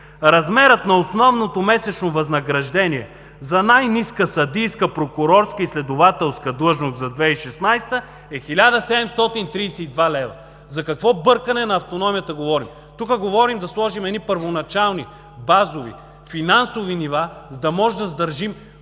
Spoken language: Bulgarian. „Размерът на основното месечно възнаграждение за най-ниска съдийска, прокурорска и следователска длъжност за 2016 г. е 1732 лв.“. За какво бъркане на автономията говорим? Тук говорим да сложим едни първоначални, базови, финансови нива, за да може да задържим